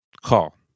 call